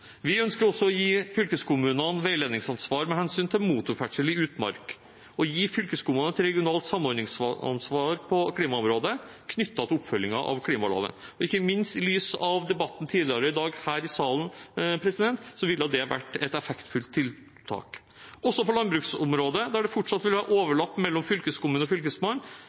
Vi ønsker også å gi fylkeskommunene veiledningsansvar med hensyn til motorferdsel i utmark og å gi dem et regionalt samordningsansvar på klimaområdet knyttet til oppfølgingen av klimaloven. Ikke minst i lys av debatten her i salen tidligere i dag ville det vært et effektfullt tiltak. Også på landbruksområdet, der det fortsatt vil være overlapping mellom fylkeskommunen og Fylkesmannen,